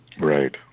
Right